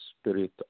spirit